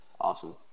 Awesome